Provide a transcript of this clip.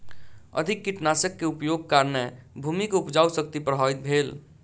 अधिक कीटनाशक के उपयोगक कारणेँ भूमि के उपजाऊ शक्ति प्रभावित भेल